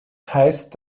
heißt